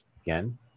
again